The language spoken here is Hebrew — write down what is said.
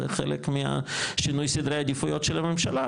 זה חלק מהשינוי סדרי עדיפויות של הממשלה.